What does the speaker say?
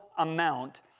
amount